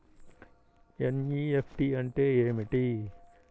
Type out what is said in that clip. NEFT అంటే ఏమిటి?